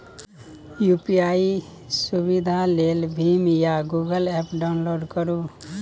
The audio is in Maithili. यु.पी.आइ सुविधा लेल भीम या गुगल एप्प डाउनलोड करु